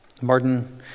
Martin